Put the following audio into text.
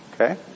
Okay